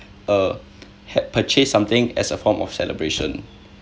uh had purchased something as a form of celebration